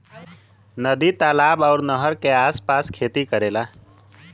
नदी तालाब आउर नहर के आस पास खेती करेला